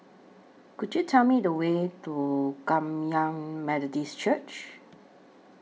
Could YOU Tell Me The Way to Kum Yan Methodist Church